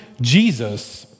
Jesus